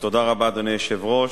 אדוני היושב-ראש,